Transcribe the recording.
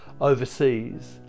overseas